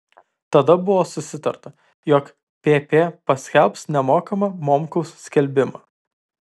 tada buvo susitarta jog pp paskelbs nemokamą momkaus skelbimą